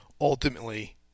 ultimately